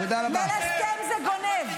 "מלסטם" זה גונב,